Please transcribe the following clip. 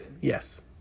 Yes